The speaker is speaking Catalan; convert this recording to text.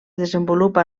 desenvolupa